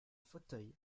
fauteuil